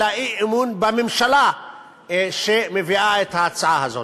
אלא אי-אמון בממשלה שמביאה את ההצעה הזאת.